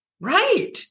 right